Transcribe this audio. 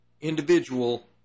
individual